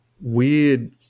weird